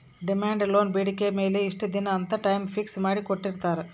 demand loan ಬೇಡಿಕೆ ಮೇಲೆ ಇಷ್ಟ ದಿನ ಅಂತ ಟೈಮ್ ಫಿಕ್ಸ್ ಮಾಡಿ ಕೋಟ್ಟಿರ್ತಾರಾ